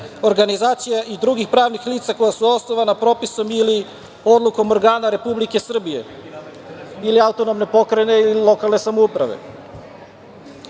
organizacija i drugih pravnih lica koja su osnovana propisom ili odlukom organa Republike Srbije ili autonomne pokrajine ili lokalne samouprave. Ali,